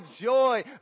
joy